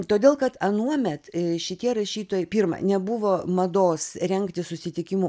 todėl kad anuomet šitie rašytojai pirma nebuvo mados rengti susitikimų